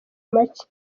make